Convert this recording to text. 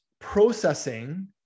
processing